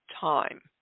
time